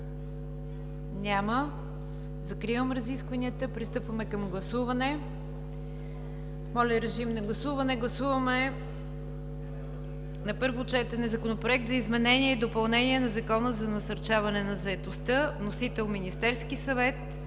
Няма. Закривам разискванията. Пристъпваме към гласуване. Гласуваме на първо четене Законопроект за изменение и допълнение на Закона за насърчаване на заетостта, вносител Министерският съвет,